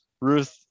ruth